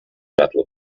battle